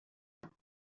domaine